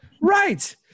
Right